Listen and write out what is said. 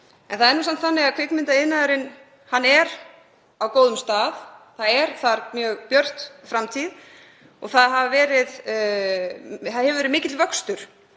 En það er nú samt þannig að kvikmyndaiðnaðurinn er á góðum stað. Þar er mjög björt framtíð og vöxtur hefur verið mikill.